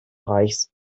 reichs